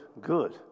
Good